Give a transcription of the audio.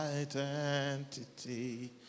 identity